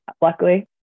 Luckily